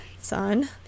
Son